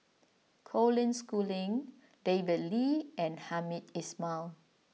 Colin Schooling David Lee and Hamed Ismail